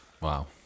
wow